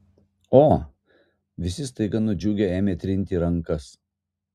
o visi staiga nudžiugę ėmė trinti rankas